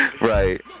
Right